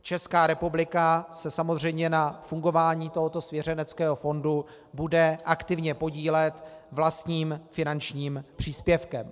Česká republika se samozřejmě na fungování tohoto svěřeneckého fondu bude aktivně podílet vlastním finančním příspěvkem.